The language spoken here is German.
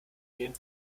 gehen